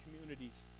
communities